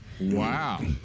Wow